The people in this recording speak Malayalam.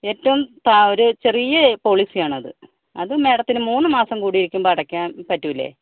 ഏറ്റവും താഴ്ന്ന ഒരു ചെറിയ പോളിസിയാണത് അത് മാഡത്തിന് മൂന്ന് മാസം കൂടിയിരിക്കുമ്പോൾ അടക്കാൻ പറ്റൂലെ